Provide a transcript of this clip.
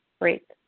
Great